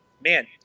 man